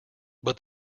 but